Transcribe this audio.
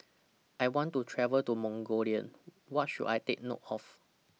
I want to travel to Mongolia What should I Take note of